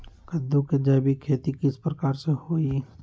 कददु के जैविक खेती किस प्रकार से होई?